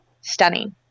stunning